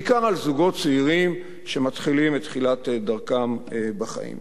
בעיקר על זוגות צעירים שמתחילים את דרכם בחיים.